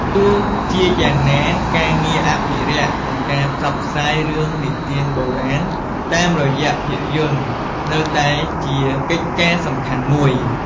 ទោះជាយ៉ាងណា ការងារអភិរក្ស និងការផ្សព្វផ្សាយរឿងនិទានបុរាណតាមរយៈភាពយន្តនៅតែជាកិច្ចការសំខាន់មួយ។